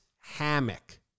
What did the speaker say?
Hammock